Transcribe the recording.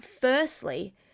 firstly